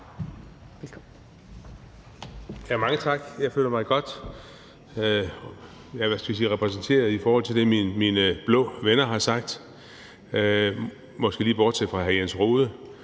Mange tak. Jeg føler mig godt repræsenteret i forhold til det, mine blå venner har sagt, måske lige bortset fra hr. Jens Rohde.